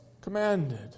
commanded